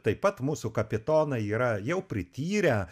taip pat mūsų kapitonai yra jau prityrę